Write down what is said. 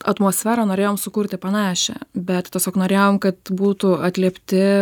atmosferą norėjom sukurti panašią bet tiesiog norėjom kad būtų atliepti